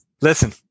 Listen